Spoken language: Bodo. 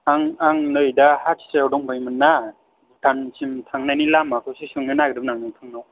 आं आं नै दा हातियाव दंफैयोमोन ना भुटानसिम थांनायनि लामाखौसो सोंनो नागेरदोंमोन आं नोंथांनाव